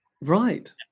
right